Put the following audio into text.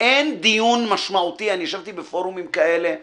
אני ישבתי בפורומים כאלה,